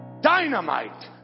dynamite